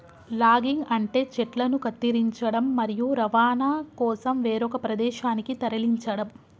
logging అంటే చెట్లను కత్తిరించడం, మరియు రవాణా కోసం వేరొక ప్రదేశానికి తరలించడం